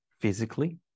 physically